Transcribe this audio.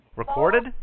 Recorded